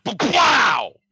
wow